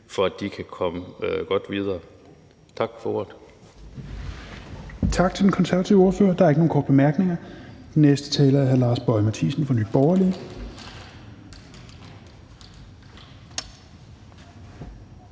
for at de kan komme godt videre. Tak for ordet.